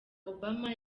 obama